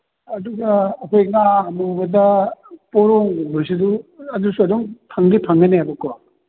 ꯑꯗꯨꯒ ꯑꯩꯈꯣꯏ ꯉꯥ ꯑꯃꯨꯕꯗ ꯄꯣꯔꯣꯡꯒꯨꯝꯕꯁꯤꯁꯨ ꯑꯗꯨꯁꯨ ꯑꯗꯨꯝ ꯐꯪꯗꯤ ꯐꯪꯒꯅꯦꯕꯀꯣ